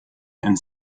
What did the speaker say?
and